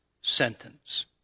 sentence